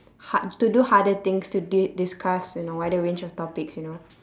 har~ to do harder things to di~ discuss in a wider range of topics you know